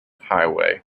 highway